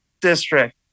district